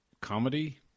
comedy